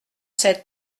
sept